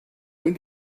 when